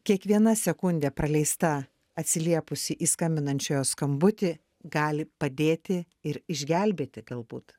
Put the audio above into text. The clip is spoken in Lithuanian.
kiekviena sekundė praleista atsiliepus į skambinančiojo skambutį gali padėti ir išgelbėti galbūt